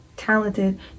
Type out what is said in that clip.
talented